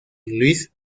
luis